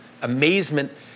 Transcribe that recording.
amazement